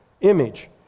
image